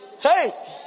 Hey